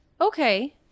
Okay